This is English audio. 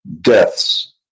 Deaths